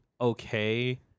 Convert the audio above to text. okay